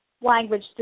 language